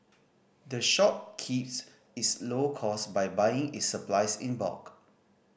the shop keeps its low costs by buying its supplies in bulk